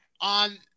on